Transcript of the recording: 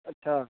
अच्छा